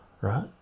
right